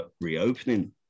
reopening